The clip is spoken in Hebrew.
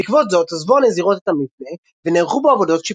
בעקבות זאת עזבו הנזירות את המבנה ונערכו בו עבודות שיפוץ.